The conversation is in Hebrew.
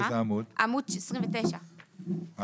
בתוך ועדת החריגים גם